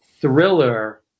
thriller